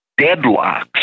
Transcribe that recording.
deadlocks